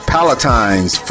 Palatine's